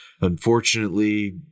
unfortunately